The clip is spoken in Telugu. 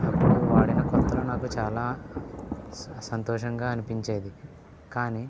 అప్పుడు వాడిన కొత్తలో నాకు చాలా సంతోషంగా అనిపించేది కానీ